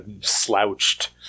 slouched